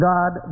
God